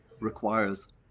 requires